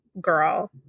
girl